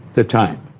the time.